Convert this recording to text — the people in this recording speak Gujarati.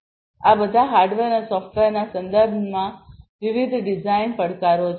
તેથી આ બધાં હાર્ડવેર અને સોફ્ટવેરનાં સંદર્ભમાં વિવિધ ડિઝાઇન પડકારો છે